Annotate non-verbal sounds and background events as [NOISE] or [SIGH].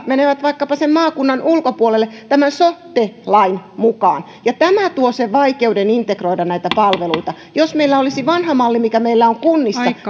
[UNINTELLIGIBLE] menevät vaikkapa sen maakunnan ulkopuolelle tämän sote lain mukaan ja tämä tuo sen vaikeuden integroida näitä palveluita jos meillä olisi vanha malli mikä meillä on kunnissa